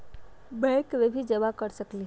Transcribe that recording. Bank में भी जमा कर सकलीहल?